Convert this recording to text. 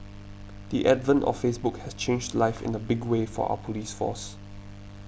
the advent of Facebook has changed life in a big way for our police force